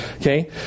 Okay